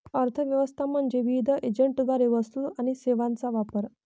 अर्थ व्यवस्था म्हणजे विविध एजंटद्वारे वस्तू आणि सेवांचा वापर